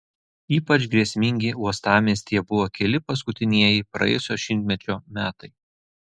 ypač grėsmingi uostamiestyje buvo keli paskutinieji praėjusio šimtmečio metai